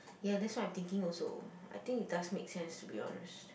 ya that's what I'm thinking also I think it does make sense to be honest